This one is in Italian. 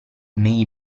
may